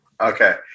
Okay